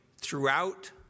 Throughout